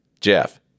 Jeff